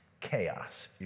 chaos